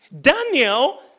daniel